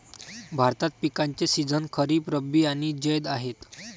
भारतात पिकांचे सीझन खरीप, रब्बी आणि जैद आहेत